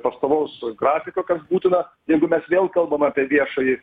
pastovaus grafiko kas būtina jeigu mes vėl kalbam apie viešąjį